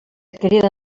adquirida